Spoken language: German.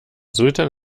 sultan